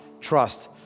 trust